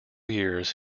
years